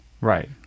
Right